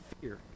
fear